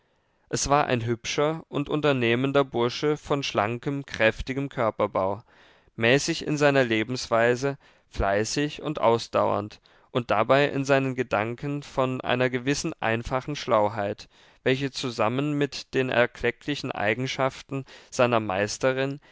es war ein hübscher und unternehmender bursche von schlankem kräftigem körperbau mäßig in seiner lebensweise fleißig und ausdauernd und dabei in seinen gedanken von einer gewissen einfachen schlauheit welche zusammen mit den erklecklichen eigenschaften seiner meisterin